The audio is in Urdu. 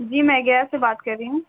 جی میں گیا سے بات کر رہی ہوں